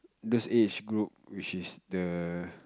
those age group which is the